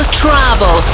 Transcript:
travel